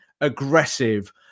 aggressive